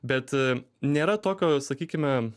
bet nėra tokio sakykime